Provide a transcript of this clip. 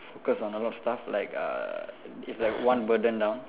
focus on a lot of stuff like uh it's like one burden down